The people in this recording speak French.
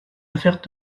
affaires